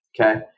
okay